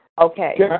Okay